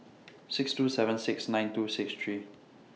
six two seven six nine two six three